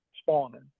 spawning